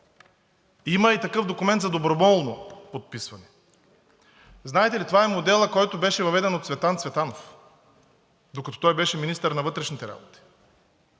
Има и такъв документ за доброволно подписване. Знаете ли, това е моделът, въведен от Цветан Цветанов, докато той беше министър на вътрешните работи.